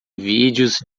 vídeos